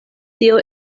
tio